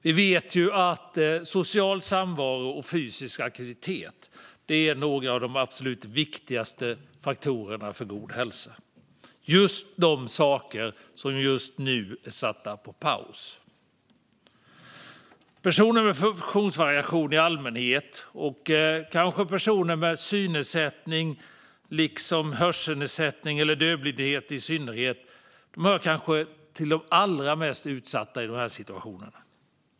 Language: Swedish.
Vi vet att social samvaro och fysisk aktivitet är några av de absolut viktigaste faktorerna för god hälsa. Det är just de saker som nu är satta på paus. Personer med funktionsvariation i allmänhet och personer med synnedsättning liksom personer med hörselnedsättning eller dövblindhet i synnerhet hör kanske till de allra mest utsatta i dessa situationer.